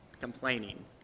complaining